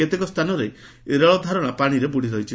କେତେକ ସ୍ଥାନରେ ରେଳଧାରଣା ପାଶିରେ ବୁଡ଼ି ରହିଛି